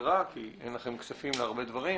ברירה כי אין לכם כספים להרבה דברים,